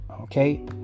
Okay